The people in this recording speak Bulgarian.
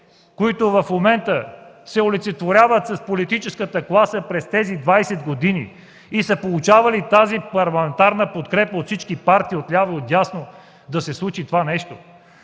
които в момента олицетворяват политическата класа през тези 20 години, са получавали парламентарна подкрепа от всички партии – отляво, отдясно, да се случи това нещо.